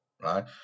right